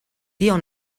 tio